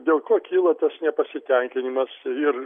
dėl ko kyla tas nepasitenkinimas ir